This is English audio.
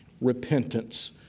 Repentance